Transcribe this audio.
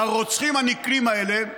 הרוצחים הנקלים האלה,